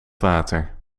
water